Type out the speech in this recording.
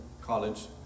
college